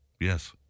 Yes